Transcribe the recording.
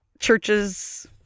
Churches